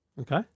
Okay